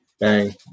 Bang